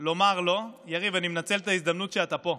לומר לו, יריב, אני מנצל את ההזדמנות שאתה פה,